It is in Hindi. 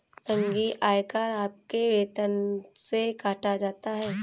संघीय आयकर आपके वेतन से काटा जाता हैं